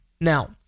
now